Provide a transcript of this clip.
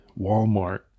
Walmart